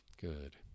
Good